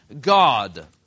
God